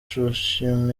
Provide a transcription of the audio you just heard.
joachim